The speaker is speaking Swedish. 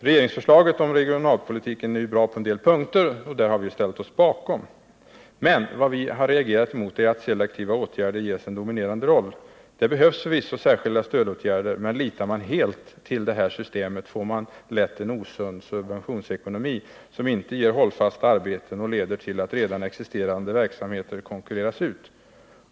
Regeringsförslaget om regionalpolitiken är bra på en del punkter, och dem har vi ställt oss bakom. Men vad vi har reagerat mot är att selektiva åtgärder ges en dominerande roll. Det behövs förvisso särskilda stödåtgärder, men litar man helt till detta system får man lätt en osund subventionsekonomi som inte ger hållfasta arbeten och leder till att redan existerande verksamheter konkurreras ut.